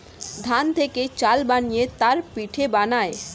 ধান থেকে চাল বানিয়ে তার পিঠে বানায়